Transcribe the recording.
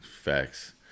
facts